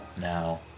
Now